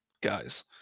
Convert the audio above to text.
guys